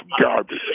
garbage